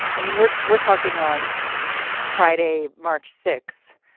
i mean, we're we're talking on friday, march sixth,